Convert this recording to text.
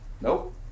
Nope